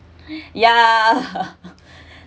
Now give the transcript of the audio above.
yeah